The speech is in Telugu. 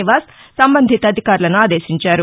నివాస్ సంబంధిత అధికారులను ఆదేశించారు